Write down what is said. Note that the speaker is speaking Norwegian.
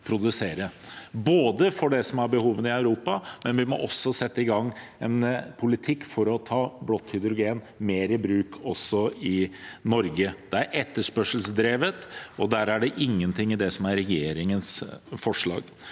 – for det som er behovene i Europa, men vi må også sette i gang en politikk for å ta blått hydrogen mer i bruk i Norge. Det er etterspørselsdrevet, og her er det ingenting i det som er regjeringens forslag